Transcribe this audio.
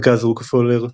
מרכז רוקפלר,